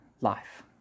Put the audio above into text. life